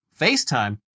FaceTime